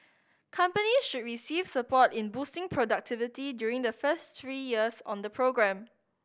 companies should receive support in boosting productivity during the first three years on the programme